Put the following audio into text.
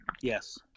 Yes